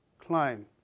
climb